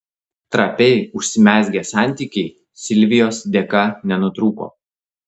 trapiai užsimezgę santykiai silvijos dėka nenutrūko